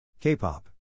K-pop